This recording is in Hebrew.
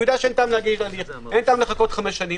יידע שאין טעם לחכות חמש שנים.